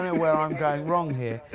where i'm going wrong here.